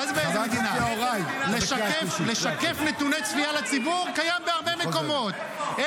-- ואומרים לה: אנחנו מתחייבים שלא תהיה שום פגיעה בפרטיות.